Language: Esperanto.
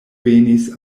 venis